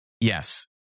yes